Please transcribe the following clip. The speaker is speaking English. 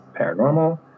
paranormal